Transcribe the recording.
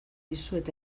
dizuet